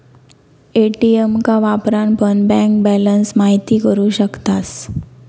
ATM का वापरान पण बँक बॅलंस महिती करू शकतास